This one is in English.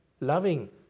loving